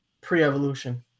pre-evolution